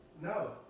No